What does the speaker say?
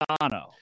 Dono